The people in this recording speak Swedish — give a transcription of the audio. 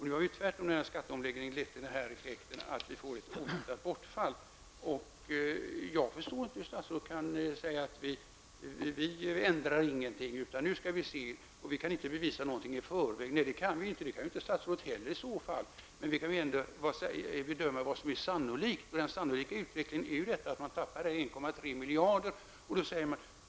Nu har skatteomläggningen tvärtom lett till den effekten att vi får ett bortfall. Jag förstår inte att statsrådet kan säga att ingenting skall ändras utan att vi skall se hur det blir, eftersom det inte, enligt hans mening, kan bevisas någonting i förväg. Nej, vi kan inte bevisa någonting i förväg, men det kan inte heller statsrådet. Men det går ändå att bedöma vad som är sannolikt, och den sannolika utvecklingen blir att man tappar 1,3 miljarder kronor.